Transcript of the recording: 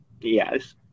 Yes